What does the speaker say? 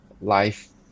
life